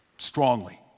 Strongly